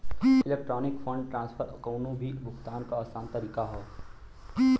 electronic fund transfer कउनो भी भुगतान क आसान तरीका हौ